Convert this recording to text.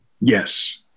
Yes